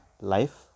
life